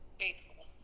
faithful